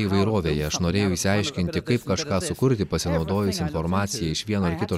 įvairovėje aš norėjau išsiaiškinti kaip kažką sukurti pasinaudojus informacija iš vieno ar kito